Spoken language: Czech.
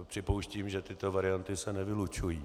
Připouštím, že tyto varianty se nevylučují.